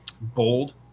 bold